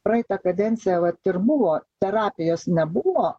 praeitą kadenciją vat ir buvo terapijos nebuvo